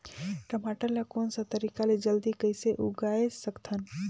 टमाटर ला कोन सा तरीका ले जल्दी कइसे उगाय सकथन?